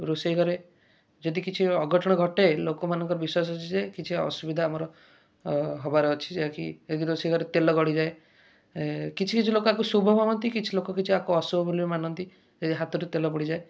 ରୋଷେଇ ଘରେ ଯଦି କିଛି ଅଘଟଣ ଘଟେ ଲୋକମାନଙ୍କ ବିଶ୍ୱାସ ଅଛି ଯେ କିଛି ଅସୁବିଧା ଆମର ହେବାର ଅଛି ଯାହାକି ଯଦି ରୋଷେଇ ଘରେ ତେଲ ଗଡ଼ିଯାଏ କିଛି କିଛି ଲୋକ ଆକୁ ଶୁଭ ଭାବନ୍ତି କିଛି ଲୋକ କିଛି ଆକୁ ଅଶୁଭ ବୋଲି ମାନନ୍ତି ଯଦି ହାତରେ ତେଲ ପଡ଼ିଯାଏ